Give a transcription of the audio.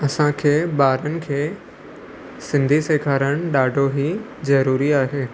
असांखे ॿारनि खे सिंधी सेखारण ॾाढो ई ज़रूरी आहे